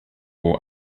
will